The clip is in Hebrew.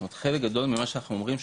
זאת אומרת חלק גדול ממה שאנחנו אומרים,